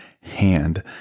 hand